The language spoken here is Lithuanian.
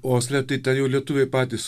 osle tai ten jau lietuviai patys